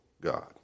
God